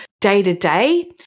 day-to-day